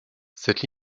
cette